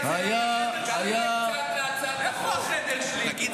גם ליד משרדו של חבר הכנסת נאור שירי,